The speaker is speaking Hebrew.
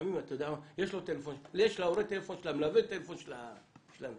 לפעמים יש להורה טלפון של המלווה וטלפון של הנהג.